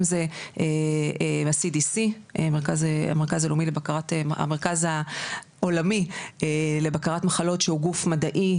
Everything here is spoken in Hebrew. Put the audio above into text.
אם זה מה-CDC המרכז העולמי לבקרת מחלות שהוא גוף מדעי,